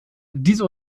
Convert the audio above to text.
diese